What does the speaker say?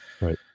Right